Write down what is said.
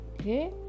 okay